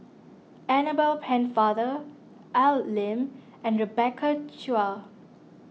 Annabel Pennefather Al Lim and Rebecca Chua